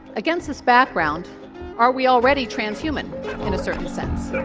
against this background are we already transhuman in a certain sense?